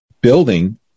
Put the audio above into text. building